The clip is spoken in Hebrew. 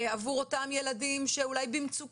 ילדים שהם ילדים